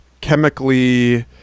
chemically